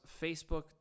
Facebook